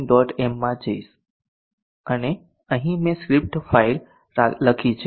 m માં જઈશ અને અહીં મેં સ્ક્રિપ્ટ ફાઇલ લખી છે